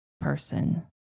person